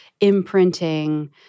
imprinting